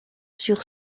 sur